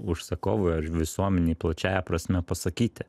užsakovui ar visuomenei plačiąja prasme pasakyti